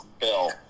Bill